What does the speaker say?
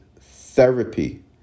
therapy